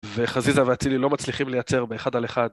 וחזיזה ואצילי לא מצליחים לייצר באחד על אחד